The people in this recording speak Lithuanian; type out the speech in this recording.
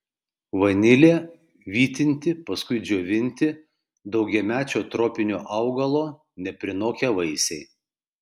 vanilė vytinti paskui džiovinti daugiamečio tropinio augalo neprinokę vaisiai